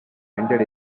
ended